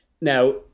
Now